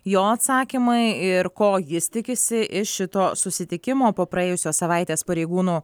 jo atsakymai ir ko jis tikisi iš šito susitikimo po praėjusios savaitės pareigūnų